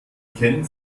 ken